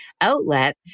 outlet